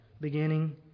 beginning